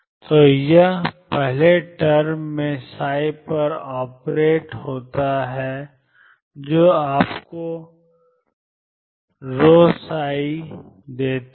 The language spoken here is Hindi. तो यह पहले टर्म में पर ऑपरेट होता है जो आपको pψ देता है